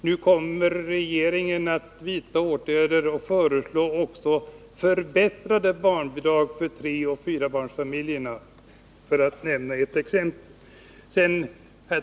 Nu kommer regeringen att vidta åtgärder och föreslå ett förbättrat barnbidrag för treoch fyrabarnsfamiljer — för att nämna ett exempel.